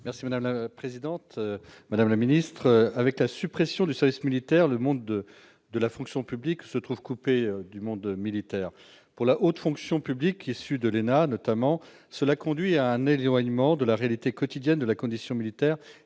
: La parole est à M. Joël Guerriau. Avec la suppression du service militaire, le monde de la fonction publique se trouve coupé du monde militaire. Pour la haute fonction publique, issue de l'ENA notamment, cela conduit à un éloignement de la réalité quotidienne de la condition militaire